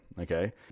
okay